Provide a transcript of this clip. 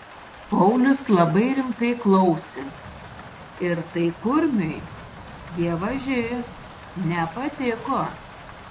paulius labai rimtai klausė ir tai kurmiui dievaži nepatiko